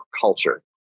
culture